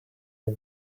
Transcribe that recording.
you